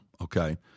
okay